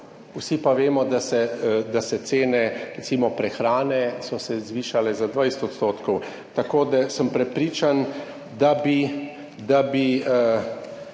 vsi pa vemo, da se cene recimo prehrane so se zvišale za 20 %. Tako, da sem prepričan, da to